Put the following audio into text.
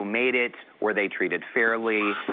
made it, were they treated fairly,